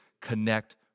connect